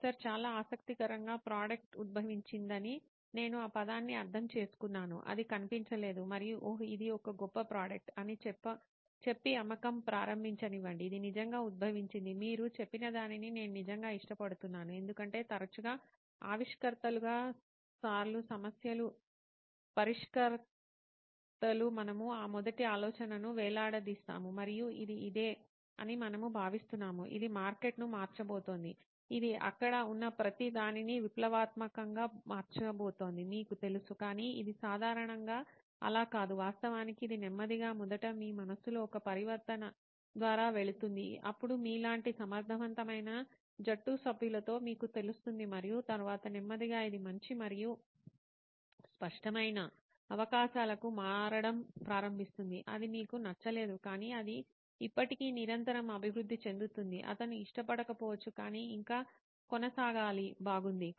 professor చాలా ఆసక్తికరంగా product ఉద్భవించిందని నేను ఆ పదాన్ని అర్ధంచేసుకున్నాను అది కనిపించలేదు మరియు ఓహ్ ఇది ఒక గొప్ప ప్రోడక్ట్ అని చెప్పి అమ్మకం ప్రారంభించనివ్వండి ఇది నిజంగా ఉద్భవించింది మీరు చెప్పినదానిని నేను నిజంగా ఇష్టపడుతున్నాను ఎందుకంటే తరచుగా ఆవిష్కర్తలుగా సార్లు సమస్యల పరిష్కర్తలు మనము ఆ మొదటి ఆలోచనను వేలాడదీస్తాము మరియు ఇది ఇదే అని మనము భావిస్తున్నాము ఇది మార్కెట్ను మార్చబోతోంది ఇది అక్కడ ఉన్న ప్రతిదానిని విప్లవాత్మకంగా మార్చబోతోందని మీకు తెలుసు కానీ ఇది సాధారణంగా అలా కాదు వాస్తవానికి ఇది నెమ్మదిగా మొదట మీ మనస్సులో ఒక పరివర్తన ద్వారా వెళుతుంది అప్పుడు మీలాంటి సమర్థవంతమైన జట్టు సభ్యులతో మీకు తెలుస్తుంది మరియు తరువాత నెమ్మదిగా ఇది మంచి మరియు స్పష్టమైన అవకాశాలకు మారడం ప్రారంభిస్తుంది అది మీకు నచ్చలేదు కానీ అది ఇప్పటికీ నిరంతరం అభివృద్ధి చెందుతుంది అతను ఇష్టపడకపోవచ్చు కానీ ఇంకా కొనసాగాలి బాగుంది